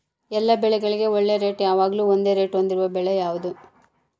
ಎಲ್ಲ ಬೆಳೆಗಳಿಗೆ ಒಳ್ಳೆ ರೇಟ್ ಯಾವಾಗ್ಲೂ ಒಂದೇ ರೇಟ್ ಹೊಂದಿರುವ ಬೆಳೆ ಯಾವುದು?